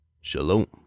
Shalom